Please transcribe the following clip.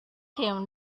him